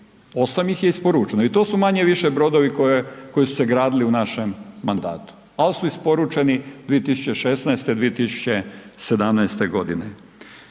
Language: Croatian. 8 ih je isporučeno i to su manje-više brodovi koji su se gradili u našem mandatu, ali su isporučeni 2016., 2017. godine.